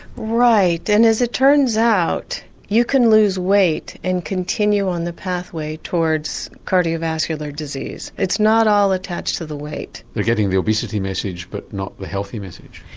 right and as it turns out you can lose weight and continue on the pathway towards cardiovascular disease. it's not all attached to the weight. they are getting the obesity message but not the healthy message?